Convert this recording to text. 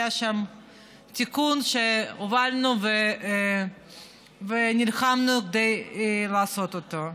היה שם תיקון שהובלנו ונלחמנו כדי לעשות אותו.